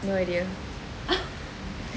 no idea